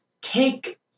take